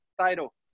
title